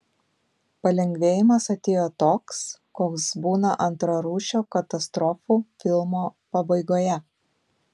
palengvėjimas atėjo toks koks būna antrarūšio katastrofų filmo pabaigoje